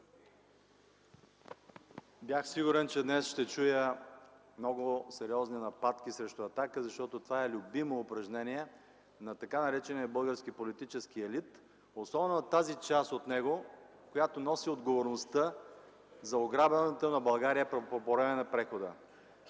Бях сигурен, че днес ще чуя много сериозни нападки срещу „Атака”, защото това е любимо упражнение на така наречения български политически елит, особено от тази част от него, която носи отговорността за ограбването на България по време на прехода.